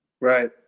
Right